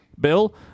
bill